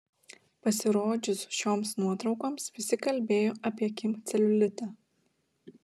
pasirodžius šioms nuotraukoms visi kalbėjo apie kim celiulitą